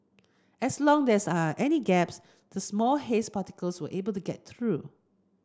as long are any gaps the small haze particles will be able to get through